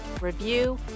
review